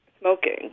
smoking